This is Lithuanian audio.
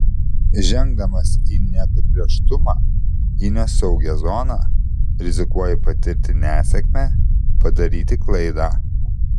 žengdamas į neapibrėžtumą į nesaugią zoną rizikuoji patirti nesėkmę padaryti klaidą